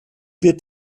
wird